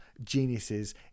geniuses